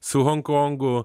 su honkongu